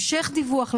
המשך דיווח לוועדה.